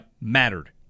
mattered